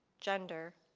gender,